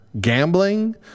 gambling